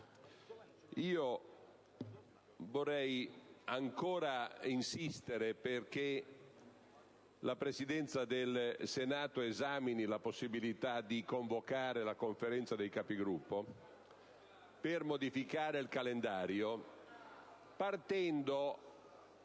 vorrei ancora insistere perché la Presidenza del Senato esamini la possibilità di convocare la Conferenza dei Capigruppo per modificare il calendario...